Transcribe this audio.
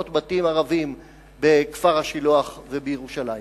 מאות בתים ערביים בכפר-השילוח ובירושלים.